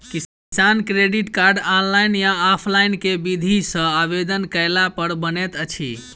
किसान credit card, online या offline केँ विधि सँ आवेदन कैला पर बनैत अछि?